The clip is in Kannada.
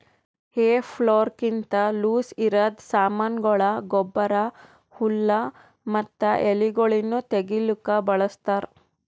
ಹೇ ಫೋರ್ಕ್ಲಿಂತ ಲೂಸಇರದ್ ಸಾಮಾನಗೊಳ, ಗೊಬ್ಬರ, ಹುಲ್ಲು ಮತ್ತ ಎಲಿಗೊಳನ್ನು ತೆಗಿಲುಕ ಬಳಸ್ತಾರ್